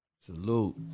Salute